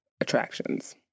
attractions